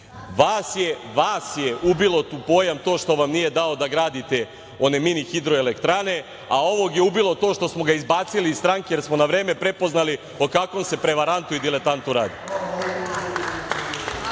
je ubilo u pojam to što vam nije dao da gradite one mini hidroelektrane, a ovog je ubilo to što smo ga izbacili iz stranke jer smo na vreme prepoznali o kakvo se prevarantu i diletantu radi. Što